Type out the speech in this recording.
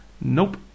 Nope